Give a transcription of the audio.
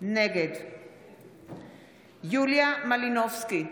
נגד יוליה מלינובסקי,